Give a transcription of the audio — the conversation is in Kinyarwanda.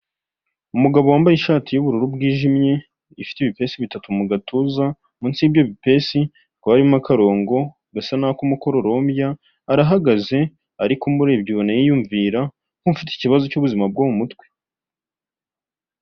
Umugabo wambaye ishati y'ubururu bwijimye, ifite ibipesi bitatu mu gatuza, munsi y'ibyo bipesi hakaba harimo akarongo gasa nk'ako umukororombya, arahagaze. Ariko umurebye ubona yiyumvira nk'ufite ikibazo cy'ubuzima bwo mu mutwe.